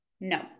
No